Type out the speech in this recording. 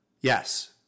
Yes